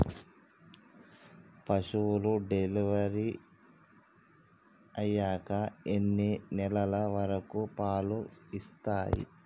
పశువులు డెలివరీ అయ్యాక ఎన్ని నెలల వరకు పాలు ఇస్తాయి?